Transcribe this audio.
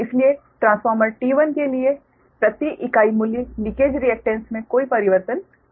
इसलिए transformer T1 के लिए प्रति इकाई मूल्य लीकेज रिएकटेन्स में कोई परिवर्तन नहीं है